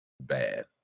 bad